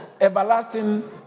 everlasting